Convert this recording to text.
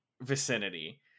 vicinity